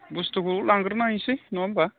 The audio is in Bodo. बुस्थुखौ लांग्रोना हैनोसै नङा होमब्ला